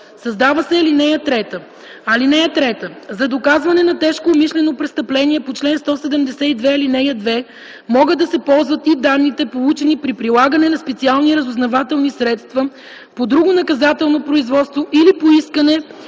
Създава се ал. 3: „(3) За доказване на тежко умишлено престъпление по чл. 172, ал. 2, могат да се ползват и данните, получени при прилагане на специални разузнавателни средства по друго наказателно производство или по искане